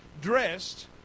dressed